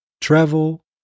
travel